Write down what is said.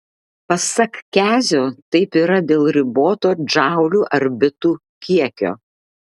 pasak kezio taip yra dėl riboto džaulių ar bitų kiekio